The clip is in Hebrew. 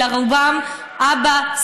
אלא רובם אבא,